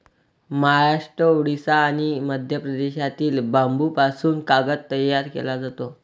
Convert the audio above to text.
महाराष्ट्र, ओडिशा आणि मध्य प्रदेशातील बांबूपासून कागद तयार केला जातो